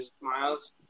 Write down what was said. Miles